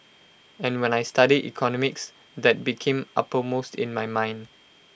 and when I studied economics that became uppermost in my mind